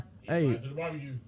Hey